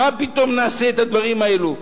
מה פתאום נעשה את הדברים האלה?